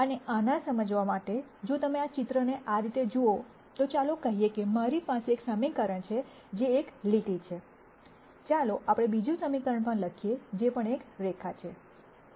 અને આને સમજવા માટે જો તમે આ ચિત્રને આ રીતે જુઓ તો ચાલો કહી શકીએ કે મારી પાસે એક સમીકરણ છે જે એક લીટી છે ચાલો આપણે બીજું સમીકરણ પણ લખીયે જે પણ એક રેખા છે